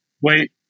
wait